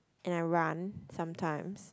and I run sometimes